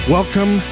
Welcome